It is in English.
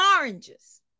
oranges